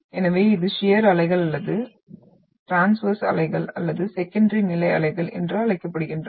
எனவே இது ஷியர் அலைகள் அல்லது டிரான்ஸ்வெர்ஸ் அலைகள் அல்லது செகண்டரி நிலை அலைகள் என்றும் அழைக்கப்படுகிறது